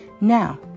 Now